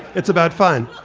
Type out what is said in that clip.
it's about fun.